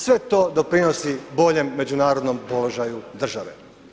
Sve to doprinosi boljem međunarodnom položaju države.